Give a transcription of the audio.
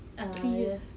ah